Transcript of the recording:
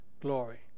glory